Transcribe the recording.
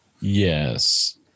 yes